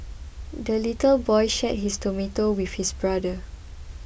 the little boy shared his tomato with his brother